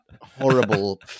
horrible